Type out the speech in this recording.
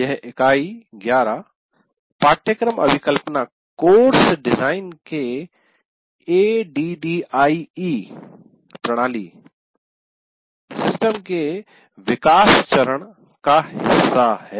यह इकाई 11 पाठ्यक्रम अभिकल्पना कोर्स डिजाईन के "एडीडीआईई प्रणाली के विकास चरण" का हिस्सा है